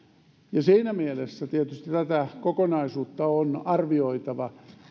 siinä mielessä tietysti tätä kokonaisuutta on arvioitava